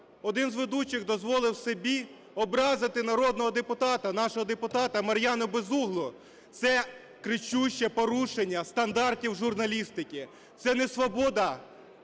один з ведучих дозволив собі образити народного депутата, нашого депутата Мар'яну Безуглу. Це кричуще порушення стандартів журналістики, це не свобода